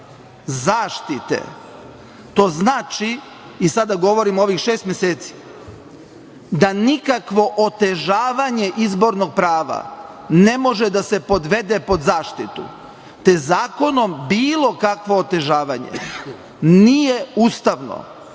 Zaštite. To znači, i sada govorim ovih šest meseci, da nikakvo otežavanje izbornog prava ne može da se podvede pod zaštitu, te zakonom bilo kakvo otežavanje nije ustavno. Kad